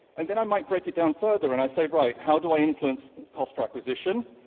and then i might break it down further and i say right, how do i influence cost per acquisition?